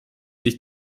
sich